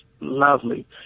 lovely